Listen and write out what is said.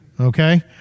Okay